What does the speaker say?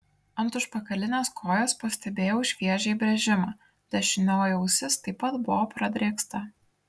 ant užpakalinės kojos pastebėjau šviežią įbrėžimą dešinioji ausis taip pat buvo pradrėksta